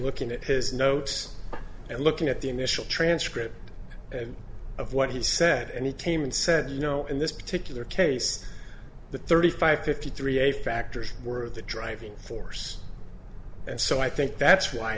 looking at his notes and king at the initial transcript of what he said any team and said you know in this particular case the thirty five fifty three a factors were the driving force and so i think that's why